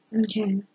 Okay